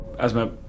Asma